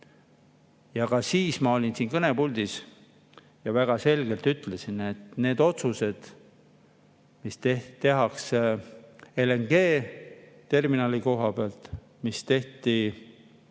Ka siis ma olin siin kõnepuldis ja väga selgelt ütlesin, et need otsused, mis tehakse LNG-terminali kohta ja mis tehti